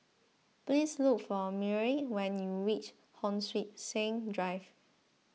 please look for Myrl when you reach Hon Sui Sen Drive